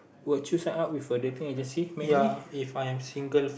would you sign up with a dating agency maybe